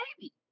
Baby